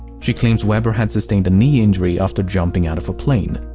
she claims weber had sustained a knee injury after jumping out of a plane.